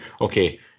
okay